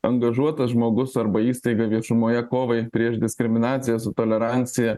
angažuotas žmogus arba įstaiga viešumoje kovai prieš diskriminaciją su tolerancija